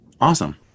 Awesome